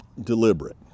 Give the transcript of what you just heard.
deliberate